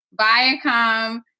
Viacom